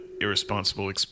irresponsible